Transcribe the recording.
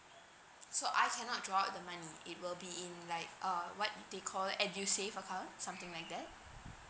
so I cannot draw out the money it will be in like err what do they call it edusave account something like that